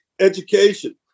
education